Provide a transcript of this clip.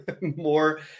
more